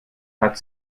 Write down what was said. hat